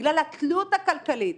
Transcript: בגלל התלות הכלכלית,